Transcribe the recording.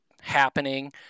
happening